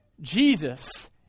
Jesus